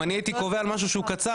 אם אני הייתי קובע על משהו שהוא קצר,